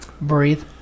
Breathe